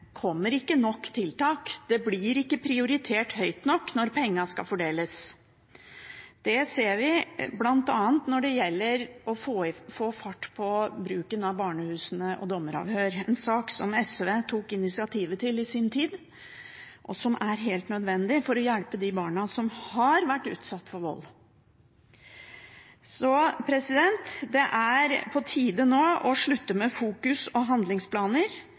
kommer ikke nok tiltak. Det blir ikke prioritert høyt nok når pengene skal fordeles. Det ser vi bl.a. når det gjelder å få fart på bruken av barnehusene og dommeravhør, en sak som SV tok initiativet til i sin tid, og som er helt nødvendig for å hjelpe de barna som har vært utsatt for vold. Så det er på tide å slutte med fokus og handlingsplaner,